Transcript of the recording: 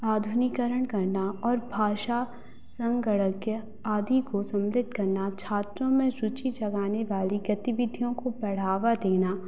आधुनिकरण करना और भाषा संगणक आदि को सुमरित करना छात्रों में रूचि जगाने वाली गतिविधियों को बढ़ावा देना